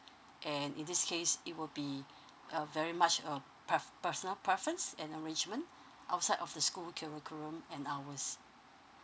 and in this case it will be a very much uh pref~ personal preference and arrangement outside of the school curriculum and hours